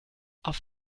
auf